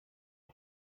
努力